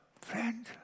Friend